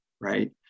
Right